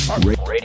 Radio